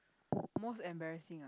most embarrassing